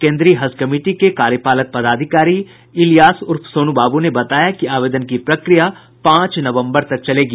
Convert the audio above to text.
कोन्द्रीय हज कमिटी के कार्यपालक पदाधिकारी इलियास सोनू ने बताया कि आवेदन की प्रक्रिया पांच नवम्बर तक चलेगी